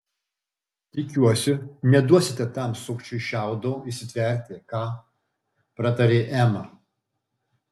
tikiuosi neduosite tam sukčiui šiaudo įsitverti ką pratarė ema